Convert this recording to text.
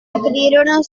aprirono